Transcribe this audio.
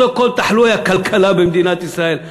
כל תחלואי הכלכלה במדינת ישראל,